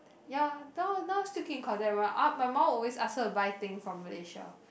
ya now now still keep in contact my a~ my mum will always ask her to buy thing from Malaysia